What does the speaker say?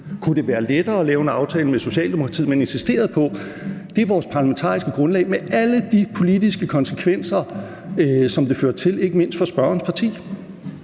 kunne det være lettere at lave en aftale med Socialdemokratiet? Man insisterede på at sige: Det er vores parlamentariske grundlag – med alle de politiske konsekvenser, som det førte til, ikke mindst for spørgerens parti.